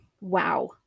wow